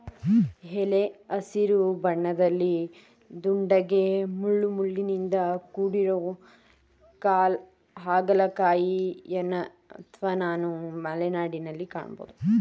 ಎಲೆ ಹಸಿರು ಬಣ್ಣದಲ್ಲಿ ದುಂಡಗೆ ಮುಳ್ಳುಮುಳ್ಳಿನಿಂದ ಕೂಡಿರೊ ಹಾಗಲಕಾಯಿಯನ್ವನು ಮಲೆನಾಡಲ್ಲಿ ಕಾಣ್ಬೋದು